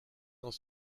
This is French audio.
dans